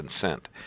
consent